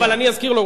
אבל אני אזכיר לו,